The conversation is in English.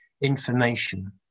information